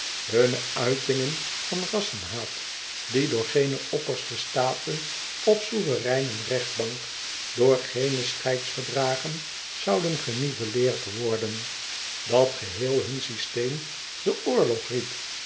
hunne uitingen van rassenhaat die door geene opperste staten of souvereinenrechtbank door geene scheidsverdragen zouden genivelleerd worden dat geheel hun systeem den